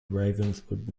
ravenswood